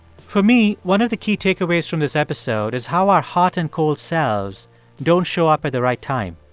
for me, one of the key takeaways from this episode is how our hot and cold selves don't show up at the right time.